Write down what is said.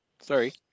Sorry